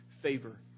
favor